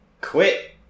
Quit